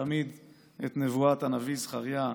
תמיד את נבואת הנביא זכריה,